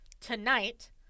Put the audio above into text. tonight